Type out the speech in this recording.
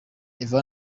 eva